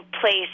place